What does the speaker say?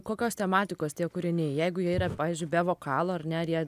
kokios tematikos tie kūriniai jeigu jie yra pavyzdžiui be vokalo ar ne ar jie